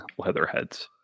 Leatherheads